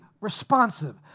responsive